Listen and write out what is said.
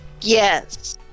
Yes